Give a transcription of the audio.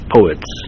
Poets